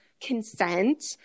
consent